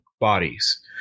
bodies